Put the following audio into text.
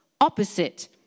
opposite